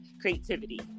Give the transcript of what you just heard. creativity